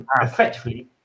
effectively